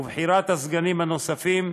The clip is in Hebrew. ובחירת הסגנים הנוספים,